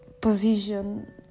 position